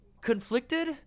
conflicted